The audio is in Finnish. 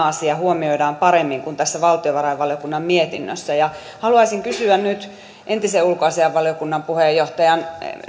asia huomioidaan paremmin kuin tässä valtiovarainvaliokunnan mietinnössä haluaisin kysyä nyt entisen ulkoasiainvaliokunnan puheenjohtajan